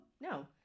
no